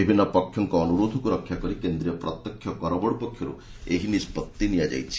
ବିଭିନ୍ନ ପକ୍ଷଙ୍କ ଅନୁରୋଧକୁ ରକ୍ଷାକରି କେନ୍ଦ୍ରୀୟ ପ୍ରତ୍ୟକ୍ଷ କର ବୋର୍ଡ ପକ୍ଷରୁ ଏହି ନିଷ୍ପଭି ନିଆଯାଇଛି